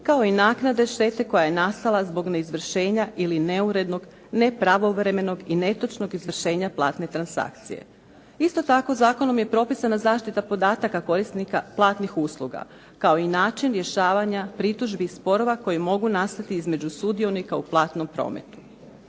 kao i naknade štete koja je nastala zbog neizvršenja ili neurednog, nepravovremenog i netočnog izvršenja platne transakcije. Isto tako, zakonom je propisana zaštita podataka korisnika platnih usluga kao i način rješavanja pritužbi i sporova koji mogu nastati između sudionika u platnom prometu.